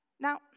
Now